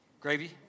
Gravy